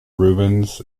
rubens